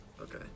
Okay